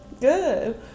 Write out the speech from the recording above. Good